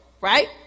right